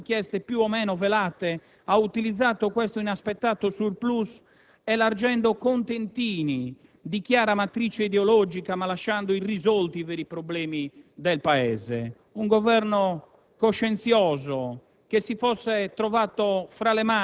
Il Governo Prodi, dopo mesi di ricatti, colpi di mano e richieste più o meno velate, ha utilizzato questo inaspettato *surplus* elargendo «contentini» di chiara matrice ideologica, ma lasciando irrisolti i veri problemi del Paese. Un Governo